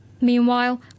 Meanwhile